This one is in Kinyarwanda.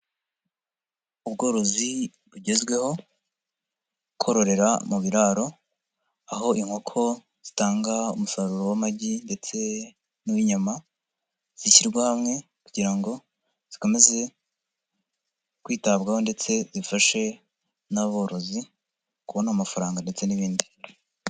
Ubworozi bugezweho, kororera mu biraro, aho inkoko zitanga umusaruro w'amagi ndetse n'uw'inyama, zishyirwa hamwe kugira ngo zikomeze kwitabwaho ndetse zifashe n'aborozi, kubona amafaranga ndetse n'ibindi.